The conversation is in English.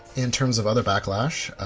in terms of other backlash,